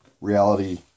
reality